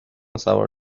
سوار